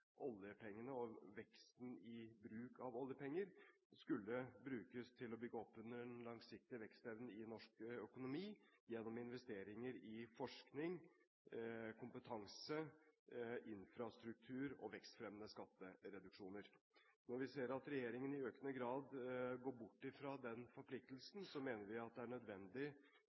oljepengene og veksten i bruken av oljepenger skulle brukes til å bygge opp under den langsiktige vekstevnen i norsk økonomi, gjennom investeringer i forskning, kompetanse, infrastruktur og vekstfremmende skattereduksjoner. Når vi ser at regjeringen i økende grad går bort fra den forpliktelsen, mener vi det er nødvendig